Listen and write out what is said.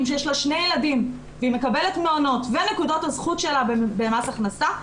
שיש לה שני ילדים והיא מקבלת מעונות ונקודות הזכות שלה במס הכנסה,